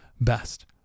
best